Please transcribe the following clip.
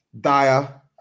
Dyer